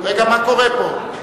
רגע, מה קורה פה?